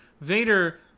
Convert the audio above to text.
Vader